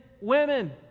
women